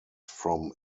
from